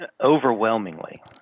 overwhelmingly